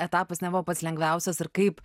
etapas nebuvo pats lengviausias ir kaip